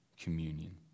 communion